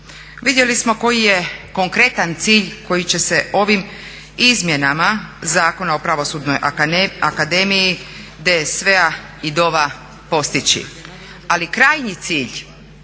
Vidjeli smo koji je konkretan cilj koji će se ovim izmjenama Zakona o Pravosudnoj akademiji, DSV-a i DOV-a postići. Ali krajnji cilj